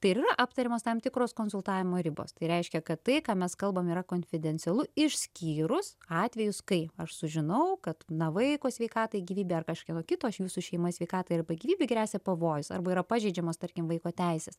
tai ir yra aptariamos tam tikros konsultavimo ribos tai reiškia kad tai ką mes kalbam yra konfidencialu išskyrus atvejus kai aš sužinau kad na vaiko sveikatai gyvybę ar kažkieno kito iš jūsų šeimos sveikatai arba gyvybei gresia pavojus arba yra pažeidžiamos tarkim vaiko teisės